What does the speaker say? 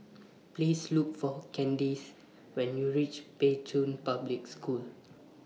Please Look For Candyce when YOU REACH Pei Chun Public School